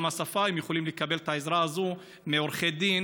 גם השפה: הם יכולים לקבל את העזרה הזאת מעורכי דין